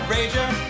Rager